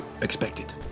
expected